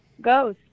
goes